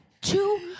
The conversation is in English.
Two